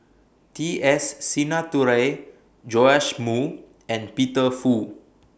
T S Sinnathuray Joash Moo and Peter Fu